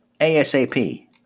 ASAP